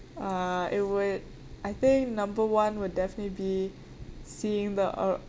uh it would I think number one would definitely be seeing the er~